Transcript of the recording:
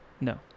no